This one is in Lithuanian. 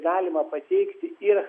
galima pateikti ir